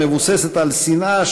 המבוססת על שנאה,